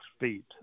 feet